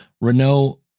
Renault